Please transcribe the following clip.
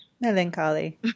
Melancholy